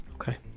Okay